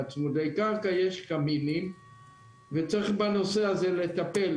בצמודי קרקע יש קמינים וצריך בנושא הזה לטפל .